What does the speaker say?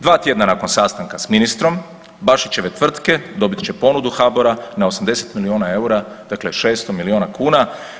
Dva tjedna nakon sastanka s ministrom Bašićeve tvrtke dobit će ponudu HBOR-a na 80 milijuna eura, dakle 600 milijuna kuna.